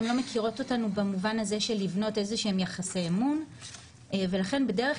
הן לא מכירות אותנו במובן הזה של לבנות איזה שהם יחסי אמון ולכן בד"כ